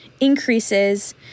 increases